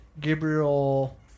Gabriel